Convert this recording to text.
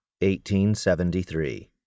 1873